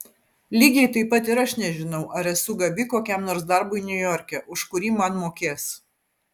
lygiai taip pat ir aš nežinau ar esu gabi kokiam nors darbui niujorke už kurį man mokės